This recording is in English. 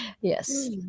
Yes